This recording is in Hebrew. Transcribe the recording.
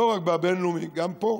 לא רק בבין-לאומי, גם פה.